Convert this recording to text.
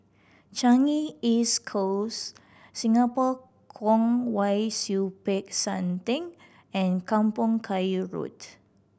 Changi East Close Singapore Kwong Wai Siew Peck San Theng and Kampong Kayu Road